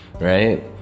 right